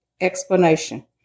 explanation